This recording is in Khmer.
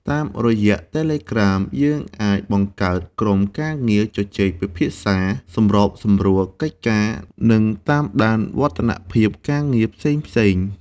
តាមរយៈ Telegram យើងអាចបង្កើតក្រុមការងារជជែកពិភាក្សា សម្របសម្រួលកិច្ចការ និងតាមដានវឌ្ឍនភាពការងារផ្សេងៗ។